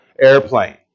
airplane